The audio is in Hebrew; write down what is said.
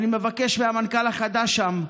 אני מבקש מהמנכ"ל החדש שם,